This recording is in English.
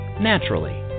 naturally